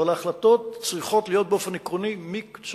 אבל ההחלטות צריכות להיות מקצועיות,